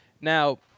Now